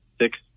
six